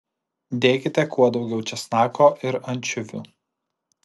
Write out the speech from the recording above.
dėkite kuo daugiau česnako ir ančiuvių